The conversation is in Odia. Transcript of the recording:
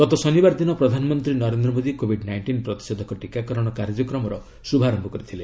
ଗତ ଶନିବାର ଦିନ ପ୍ରଧାନମନ୍ତ୍ରୀ ନରେନ୍ଦ୍ର ମୋଦି କୋବିଡ୍ ନାଇଷ୍ଟିନ୍ ପ୍ରତିଷେଧକ ଟିକାକରଣ କାର୍ଯ୍ୟକ୍ରମର ଶୁଭାରମ୍ଭ କରିଥିଲେ